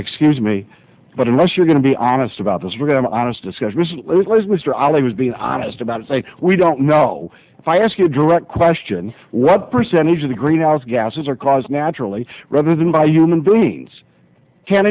excuse me but unless you're going to be honest about this we're going to honest discussion recently as mr ali was being honest about saying we don't know if i ask you a direct question what percentage of the greenhouse gases are caused naturally rather than by human beings can